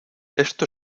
esto